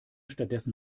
stattdessen